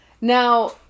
Now